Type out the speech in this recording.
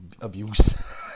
abuse